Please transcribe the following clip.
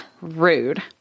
Rude